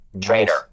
Trainer